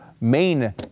main